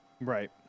Right